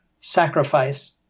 sacrifice